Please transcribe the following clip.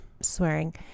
swearing